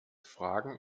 fragen